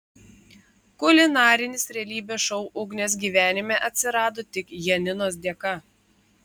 kulinarinis realybės šou ugnės gyvenime atsirado tik janinos dėka